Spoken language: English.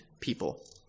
people